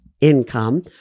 income